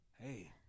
Hey